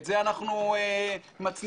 את זה אנחנו מצניעים,